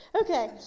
Okay